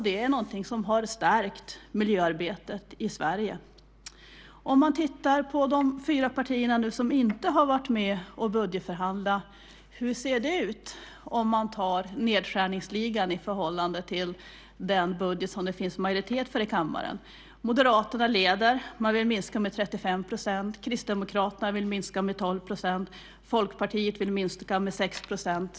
Det är någonting som stärkt miljöarbetet i Sverige. Sett till de fyra partier som inte har varit med och budgetförhandlat kan man fråga sig hur det ser ut om man tar nedskärningsligan i förhållande till den budget som det finns en majoritet för här i kammaren. Moderaterna leder. De vill minska med 35 %. Kristdemokraterna vill minska med 12 %. Folkpartiet vill minska med 6 %.